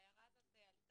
גם, בעקבות הערות שהיו פה